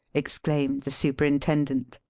exclaimed the superintendent,